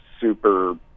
super